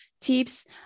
tips